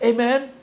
Amen